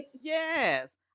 Yes